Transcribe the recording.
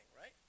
right